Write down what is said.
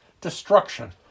destruction